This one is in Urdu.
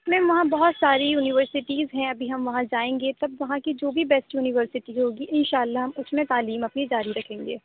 میم وہاں بہت ساری یونیورسٹیز ہیں ابھی ہم وہاں جائیں گے تب وہاں کی جو بھی بیسٹ یونیورسٹی ہوگی انشاء اللہ ہم اس میں تعلیم اپنی جاری رکھیں گے